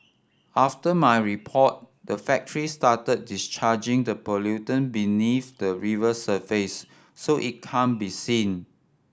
after my report the factory started discharging the pollutant beneath the river surface so it can't be seen